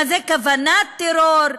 מה זה כוונת טרור,